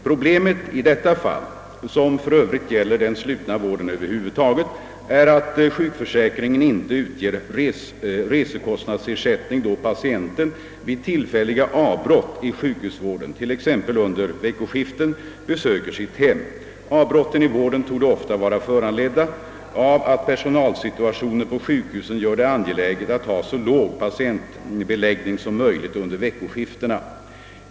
Problemet i detta fall — som för övrigt gäller den slutna vården över huvud taget — är att sjukförsäkringen inte utger resekostpadsersättning då patienten vid tillfälliga avbrott i sjukhusvården, t.ex. under veckoskiften, besöker sitt hem. Av brotten i vården torde ofta vara föranledda av att personalsituationen på sjukhusen gör det angeläget att ha så låg patientbeläggning som möjligt under veckoskiftena.